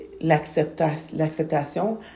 l'acceptation